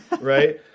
Right